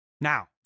Now